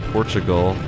Portugal